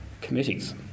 Committees